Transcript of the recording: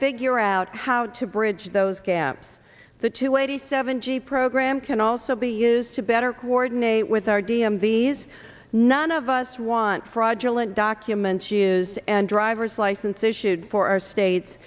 figure out how to bridge those gaps the two eighty seven g program can also be used to better coordinate with our d m v these none of us want fraudulent documents used and driver's license issued for our states